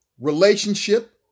relationship